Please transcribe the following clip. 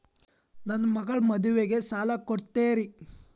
ನನ್ನ ಮಗಳ ಮದುವಿಗೆ ಸಾಲ ಕೊಡ್ತೇರಿ?